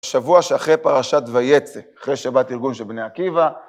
השבוע שאחרי פרשת ויצא, אחרי שבת ארגון של בני עקיבא.